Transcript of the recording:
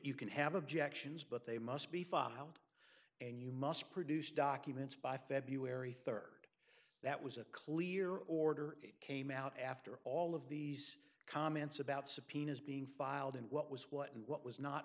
you can have objections but they must be filed and you must produce documents by february third that was a clear order that came out after all of these comments about subpoenas being filed and what was what and what was not